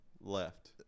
Left